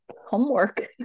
homework